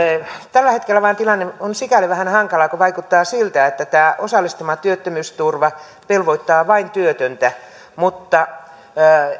tällä hetkellä tilanne vain on sikäli vähän hankala kun vaikuttaa siltä että tämä osallistava työttömyysturva velvoittaa vain työtöntä mutta